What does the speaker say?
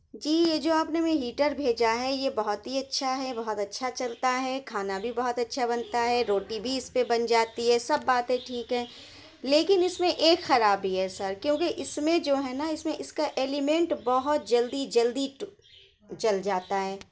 جی یہ جو آپ نے ہمیں ہیٹر بھیجا ہے یہ بہت ہی اچھا ہے بہت اچھا چلتا ہے کھانا بھی بہت اچھا بنتا ہے روٹی بھی اس پہ بن جاتی ہے سب باتیں ٹھیک ہیں لیکن اس میں ایک خرابی ہے سر کیونکہ اس میں جو ہے نا اس میں اس کا الیمنٹ بہت جلدی جلدی جل جاتا ہے